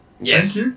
yes